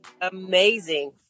amazing